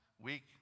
week